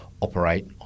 operate